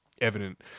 evident